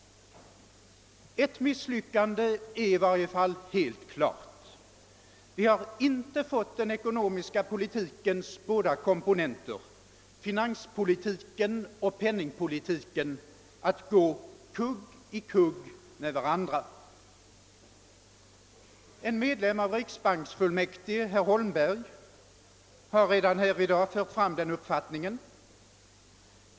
Ett misslyckande är i varje fall helt klart. Vi har inte fått den ekonomiska politikens båda komponenter, finanspolitiken och penningpolitiken, att gå kugg i kugg med varandra. En medlem av riksbanksfullmäktige, herr Holmberg, har redan här i dag fört fram den uppfattningen.